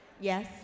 Yes